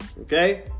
okay